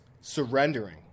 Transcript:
surrendering